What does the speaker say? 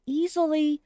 easily